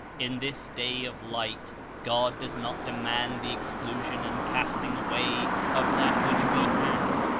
in this day of light god does not demand the exclusion and casting away of that which we have,